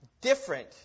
different